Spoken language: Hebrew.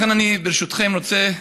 לכן אני, ברשותכם, רוצה